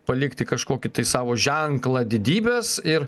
palikti kažkokį tai savo ženklą didybės ir